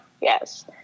Yes